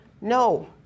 No